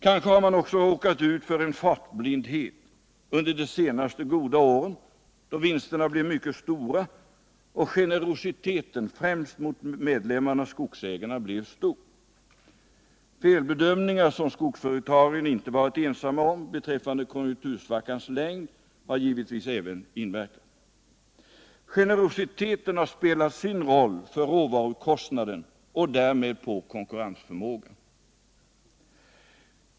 Kanske har man också råkat ut för en ”fartblindhet” under de senaste goda åren, då vinsterna blev mycket stora och generositeten, främst mot medlemmarna, skogsägarna, blev stor. Felbedömningar, som skogsföretagen inte varit ensamma om, beträffande konjunktursvackans längd har givetvis även inverkat. Generositeten har spelat sin roll för råvarukostnaden och därmed för konkurrensförmågan.